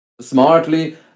smartly